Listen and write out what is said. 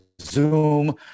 zoom